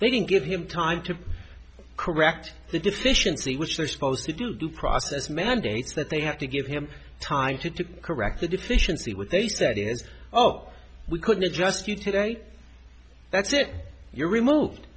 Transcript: they didn't give him time to correct the deficiency which they're supposed to do due process mandates that they have to give him time to correct the deficiency what they said is oh we couldn't adjust you today that's it you're removed